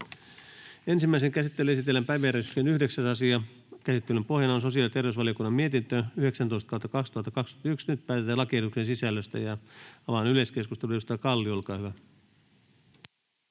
Ensimmäiseen käsittelyyn esitellään päiväjärjestyksen 9. asia. Käsittelyn pohjana on sosiaali- ja terveysvaliokunnan mietintö StVM 19/2021 vp. Nyt päätetään lakiehdotusten sisällöstä. Avaan yleiskeskustelun. — Edustaja